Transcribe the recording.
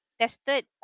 tested